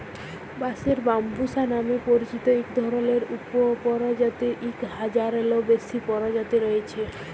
বাঁশের ব্যম্বুসা লামে পরিচিত ইক ধরলের উপপরজাতির ইক হাজারলেরও বেশি পরজাতি রঁয়েছে